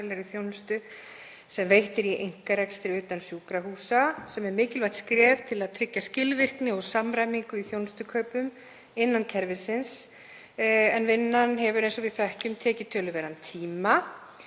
þjónustu sem veitt er í einkarekstri utan sjúkrahúsa, sem er mikilvægt skref til að tryggja skilvirkni og samræmingu í þjónustukaupum innan kerfisins. En vinnan hefur, eins og við þekkjum, tekið töluverðan tíma.